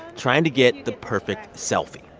trying to get the perfect selfie.